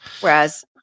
Whereas